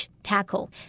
Tackle